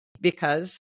because-